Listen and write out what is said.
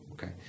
Okay